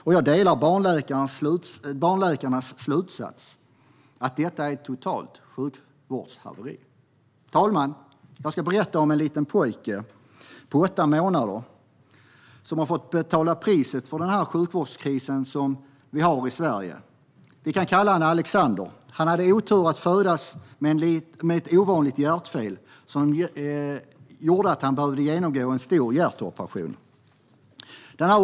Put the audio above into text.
Och jag instämmer i barnläkarnas slutsats att detta är ett totalt sjukvårdshaveri. Herr talman! Jag ska berätta om en liten pojke på åtta månader som har fått betala priset för sjukvårdskrisen i Sverige. Vi kan kalla honom för Alexander. Han hade oturen att födas med ett ovanligt hjärtfel och behövde därför genomgå en stor hjärtoperation.